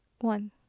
one